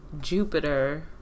Jupiter